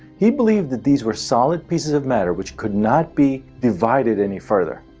he believed that these were solid pieces of matter which could not be divided any further.